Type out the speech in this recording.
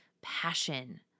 passion